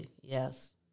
Yes